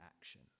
action